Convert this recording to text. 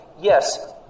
yes